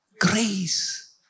grace